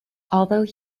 although